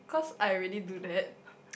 because I already do that